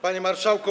Panie Marszałku!